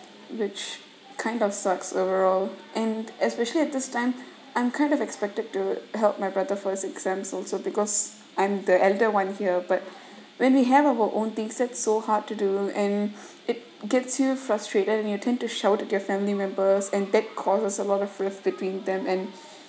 which kind of sucks overall and especially at this time I'm kind of expected to help my brother first exams also because I'm the elder one here but when we have our own thing it's so hard to do and it get you frustrated and you tend to shout at your family members and take causes of other between them and